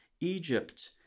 Egypt